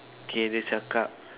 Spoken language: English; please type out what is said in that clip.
okay dia cakap